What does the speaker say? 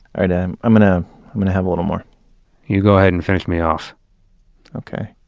and i'm i'm gonna i'm going to have a little more you go ahead and finish me off okay.